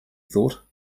thought